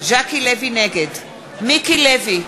נגד מיקי לוי,